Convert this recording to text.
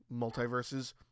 multiverses